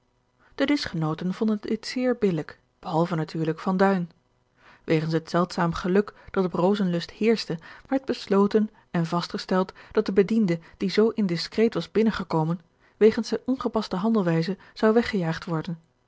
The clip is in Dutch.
de dischgenooten vonden dit zeer billijk behalve natuurlijk van duin wegens het zeldzaam geluk dat op rozenlust heerschte werd besloten en vastgesteld dat de bediende die zoo indiscreet was binnen gekomen wegens zijne ongepaste handelwijze zou weggejaagd worden